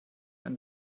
eine